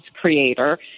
creator